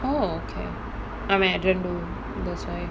oh okay I mean I didn't do those right